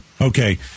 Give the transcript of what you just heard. Okay